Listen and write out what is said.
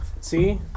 See